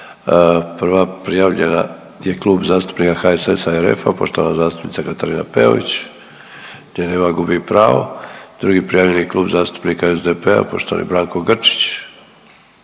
prva prijavljena je Klub zastupnika HSS-a i RF-a poštovana zastupnica Katarina Peović. Nje nema gubi pravo. Drugi prijavljeni je Klub zastupnika SDP-a poštovani Branko Grčić,